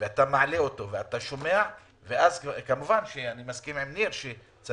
אתה מעלה אותו ושומע את הגורמים, אני מסכים שצריך